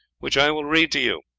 which i will read to you.